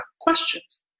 questions